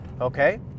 okay